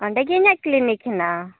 ᱚᱱᱰᱮᱜᱮ ᱤᱧᱟᱹᱜ ᱠᱞᱤᱱᱤᱠ ᱦᱮᱱᱟᱜᱼᱟ